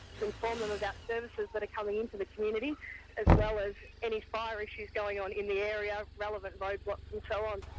to inform them about services that are coming in to the community as well as any fire issues going on in the area, relevant road blocks and so on.